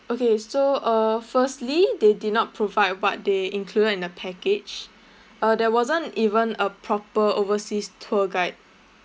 okay so uh firstly they did not provide what they included in the package uh there wasn't even a proper overseas tour guide